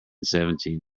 seventeen